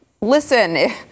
listen